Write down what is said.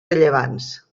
rellevants